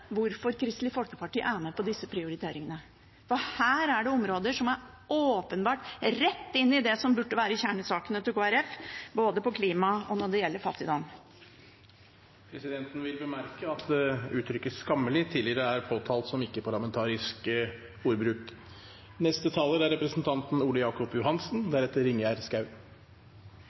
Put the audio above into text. hvorfor Kristelig Folkeparti er med på disse prioriteringene, for her er områder som åpenbart går rett inn i det som burde være kjernesakene deres, både når det gjelder klima og fattigdom. Presidenten vil bemerke at uttrykket «skammelig» tidligere er påtalt som ikke-parlamentarisk ordbruk. Tilgang til næringsrik mat er ikke bare et behov, det er